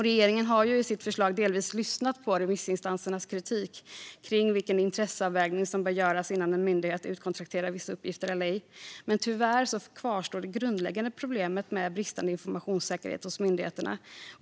Regeringen har i sitt förslag delvis lyssnat på remissinstansernas kritik angående vilken intresseavvägning som bör göras innan en myndighet utkontrakterar vissa uppgifter eller ej. Tyvärr kvarstår dock det grundläggande problemet med bristande informationssäkerhet hos myndigheterna.